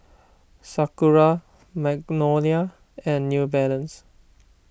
Sakura Magnolia and New Balance